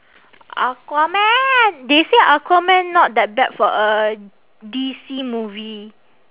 aquaman they say aquaman not that bad for a D_C movie